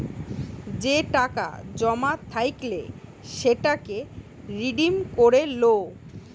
যে টাকা জমা থাইকলে সেটাকে রিডিম করে লো